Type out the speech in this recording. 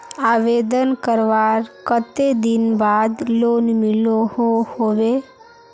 आवेदन करवार कते दिन बाद लोन मिलोहो होबे?